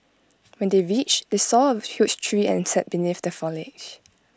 when they reached they saw A huge tree and sat beneath the foliage